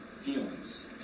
feelings